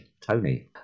tony